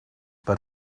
but